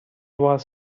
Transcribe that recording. was